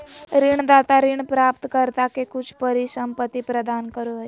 ऋणदाता ऋण प्राप्तकर्ता के कुछ परिसंपत्ति प्रदान करो हइ